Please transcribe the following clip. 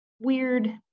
weird